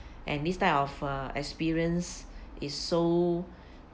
and this type of err experience is so